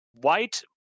White